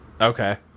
Okay